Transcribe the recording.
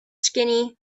skinny